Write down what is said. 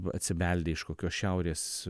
atsibeldę iš kokios šiaurės